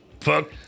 fuck